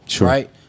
Right